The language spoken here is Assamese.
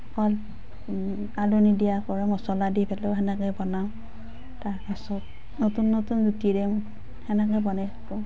আলু নিদিয়া কৰি মছলা দি পেলাই সেনেকৈ বনাওঁ তাৰপাছত নতুন নতুন জুতিৰে সেনেকৈ বনাই থাকোঁ